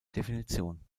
definition